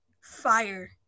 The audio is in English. fire